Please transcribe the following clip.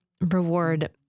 reward